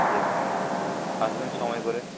দেখবেন আসবেন সময় করে